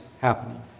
happening